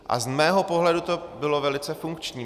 A z mého pohledu to bylo velice funkční.